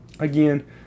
Again